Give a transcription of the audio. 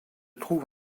trouve